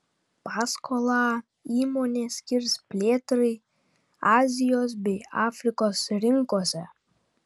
paskolą įmonė skirs plėtrai azijos bei afrikos rinkose